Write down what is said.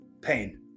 pain